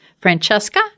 Francesca